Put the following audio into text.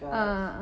ah ah